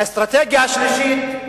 האסטרטגיה השלישית,